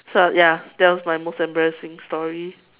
so ya that was my most embarrassing story